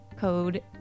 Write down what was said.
code